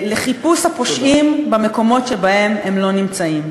לחיפוש הפושעים במקומות שבהם הם לא נמצאים.